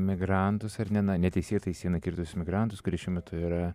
migrantus ar ne na neteisėtai sieną kirtusius migrantus kurie šiuo metu yra